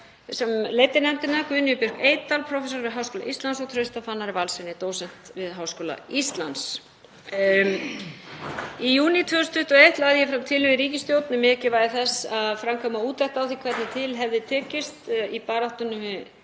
sem leiddi nefndina, Guðnýju Björk Eydal, prófessor við Háskóla Íslands, og Trausta Fannari Valssyni, dósent við Háskóla Íslands. Í júní 2021 lagði ég fram tillögu í ríkisstjórn um mikilvægi þess að framkvæma úttekt á því hvernig til hefði tekist í baráttunni við